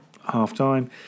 half-time